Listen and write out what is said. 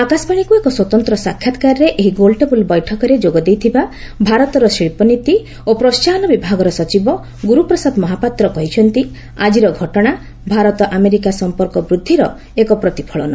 ଆକାଶବାଣୀକୁ ଏକ ସ୍ୱତନ୍ତ୍ର ସାକ୍ଷାତ୍କାରରେ ଏହି ଗୋଲଟେବୁଲ୍ରେ ଯୋଗଦେଇଥିବା ଭାରତର ଶିଳ୍ପନୀତି ଓ ପ୍ରୋହାହନ ବିଭାଗର ସଚିବ ଗୁରୁପ୍ରସାଦ ମହାପାତ୍ର କହିଛନ୍ତି ଆଜିର ଘଟଣା ଭାରତ ଆମେରିକା ସମ୍ପର୍କ ବୃଦ୍ଧିର ଏକ ପ୍ରତିଫଳନ